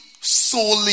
solely